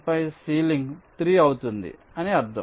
15 ceiling 3 అవుతుంది అని అర్ధం